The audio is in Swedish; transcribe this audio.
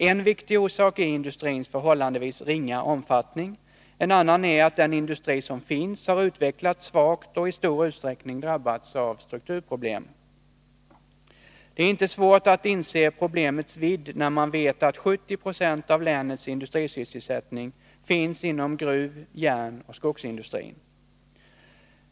En viktig orsak är industrins förhållandevis ringa omfattning. En annan är att den industri som finns har utvecklats svagt och i stor utsträckning drabbats av strukturproblem. Det är inte svårt att inse problemets vidd när man vet att 70 90 av länets industrisysselsättning finns inom gruv-, järnoch skogsindustrin.